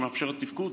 שמאפשרת תפקוד,